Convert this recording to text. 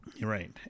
Right